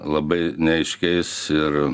labai neaiškiais ir